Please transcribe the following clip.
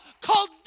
called